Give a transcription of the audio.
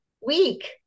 week